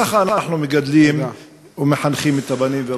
ככה אנחנו מגדלים ומחנכים את הבנים והבנות.